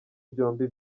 byombi